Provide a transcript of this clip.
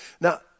Now